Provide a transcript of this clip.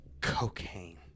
cocaine